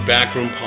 Backroom